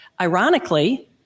ironically